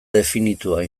definitua